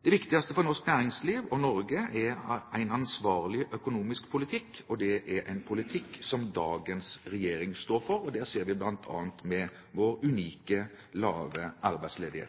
Det viktigste for norsk næringsliv, og for Norge, er en ansvarlig økonomisk politikk – en politikk som dagens regjering står for. Det ser vi bl.a. av vår unikt lave